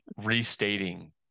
restating